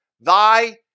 thy